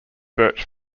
birch